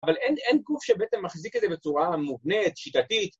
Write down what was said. אבל אין גוף שבעצם מחזיק את זה בצורה מובנית, שיטתית.